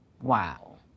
Wow